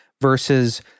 versus